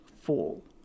fall